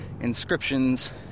inscriptions